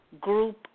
Group